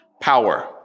Power